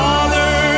Father